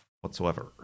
whatsoever